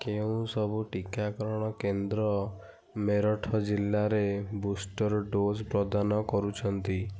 କେଉଁ ସବୁ ଟିକାକରଣ କେନ୍ଦ୍ର ମେରଠ ଜିଲ୍ଲାରେ ବୁଷ୍ଟର୍ ଡୋଜ୍ ପ୍ରଦାନ କରୁଛନ୍ତି